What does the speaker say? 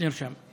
רציתי לברך.